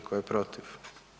Tko je protiv?